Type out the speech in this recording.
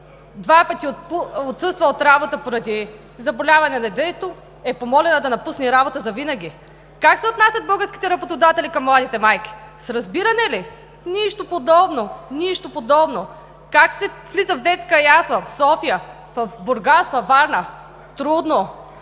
два пъти отсъства от работа поради заболяване на детето, е помолена да напусне работа завинаги?! Как се отнасят българските работодатели към младите майки, с разбиране ли?! Нищо подобно, нищо подобно! Как се влиза в детска ясла в София, в Бургас, във Варна – трудно.